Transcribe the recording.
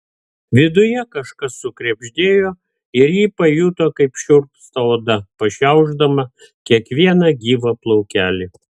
viduje kažkas sukrebždėjo ir ji pajuto kaip šiurpsta oda pašiaušdama kiekvieną gyvą plaukelį